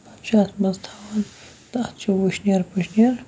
پَتہٕ چھُ اَتھ منٛز تھَوان تہٕ اَتھ چھِ وُشنیر پُشنیر